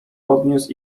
podniósł